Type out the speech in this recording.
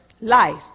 life